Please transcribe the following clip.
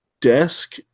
desk